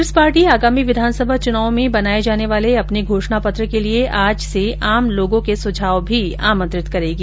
Congress party आगामी विधानसभा चुनाव में बनाये जाने वाले अपने घोषणा पत्र के लिये आज से आम लोगों के सुझाव भी आमंत्रित करेगी